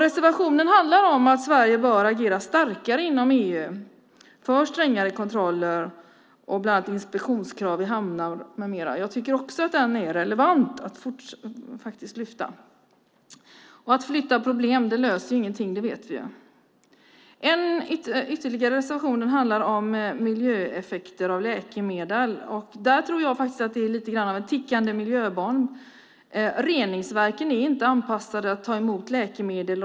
Reservationen handlar om att Sverige bör agera starkare inom EU för strängare kontroller och inspektionskrav i hamnar med mera. Jag tycker att det är relevant att lyfta fram den. Vi vet ju att det inte löser någonting att flytta problem. En annan reservation handlar om miljöeffekter av läkemedel. Jag tror att det är lite av en tickande miljöbomb. Reningsverken är inte anpassade för att ta emot läkemedel.